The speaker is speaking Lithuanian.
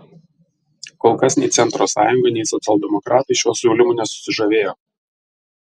kol kas nei centro sąjunga nei socialdemokratai šiuo siūlymu nesusižavėjo